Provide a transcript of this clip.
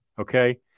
Okay